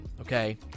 Okay